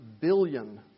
billion